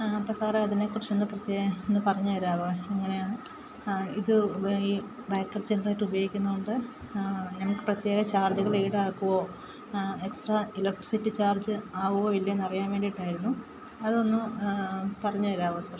അപ്പം സാറേ അതിനെക്കുറിച്ചൊന്ന് പ്രത്യേകം ഒന്ന് പറഞ്ഞു തരാമോ എങ്ങനെയാണ് ഇത് ഈ ബാക്ക് അപ്പ് ജനറേറ്റർ ഉപയോഗിക്കുന്നുണ്ട് നമുക്ക് പ്രത്യേക ചാർജ്ജുകൾ ഈടാക്കോ എക്സ്ട്രാ ഇലക്ട്രിസിറ്റി ചാർജ് ആകുമോ ഇല്ലയോ എന്നറിയാൻ വേണ്ടിയിട്ടായിരുന്നു അതൊന്നു പറഞ്ഞു തരാമോ സർ